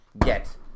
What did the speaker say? get